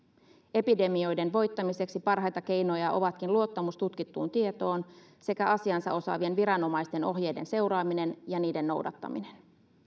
epidemioiden voittamiseksi parhaita keinoja ovatkin luottamus tutkittuun tietoon sekä asiansa osaavien viranomaisten ohjeiden seuraaminen ja niiden noudattaminen